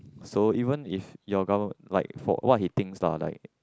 so even if your government like for what he thinks lah like